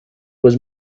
was